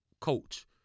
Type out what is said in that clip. coach